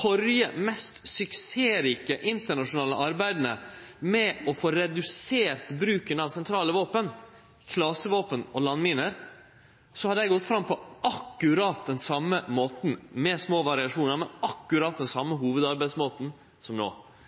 førre to mest suksessrike internasjonale arbeida med å få redusert bruken av sentrale våpen, klasevåpen og landminer, har dei gått fram på akkurat den same måten, med små variasjonar, men akkurat den same hovudarbeidsmåten som